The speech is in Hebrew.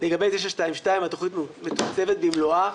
לגבי 922, התוכנית מתוקצבת במלואה,